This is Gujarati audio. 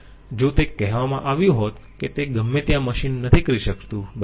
જો તે કહેવામાં આવ્યું હોત કે તે ગમે ત્યાં મશીન નથી કરી શકતું બરાબર